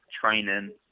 training